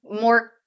more